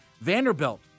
Vanderbilt